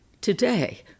today